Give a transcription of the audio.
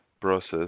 process